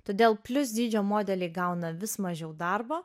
todėl plius dydžio modeliai gauna vis mažiau darbo